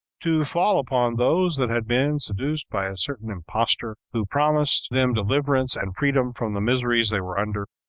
to fall upon those that had been seduced by a certain impostor, who promised them deliverance and freedom from the miseries they were under,